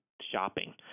shopping